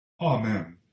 Amen